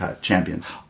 champions